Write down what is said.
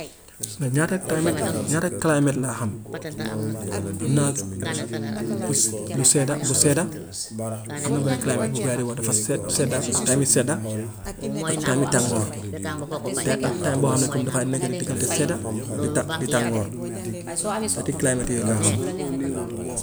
Man ñaata climat, ñaata climat laa xam, xam naa bu se- bu sedda, bu sedda. Am na benn climat bu gaa yi di wax dafa se- sedda time sedda, ak time tàngoor. Ti- ak time boo xam ne comme dafay nekk di diggante sedda di ta- di tàngoor, ñetti climat yooyu laa xam.